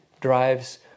drives